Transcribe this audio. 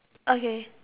okay